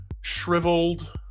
shriveled